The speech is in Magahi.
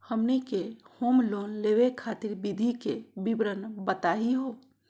हमनी के होम लोन लेवे खातीर विधि के विवरण बताही हो?